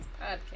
podcast